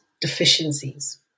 deficiencies